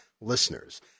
listeners